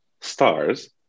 stars